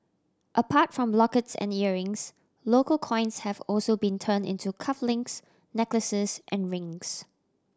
apart from lockets and earrings local coins have also been turned into cuff links necklaces and rings